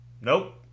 Nope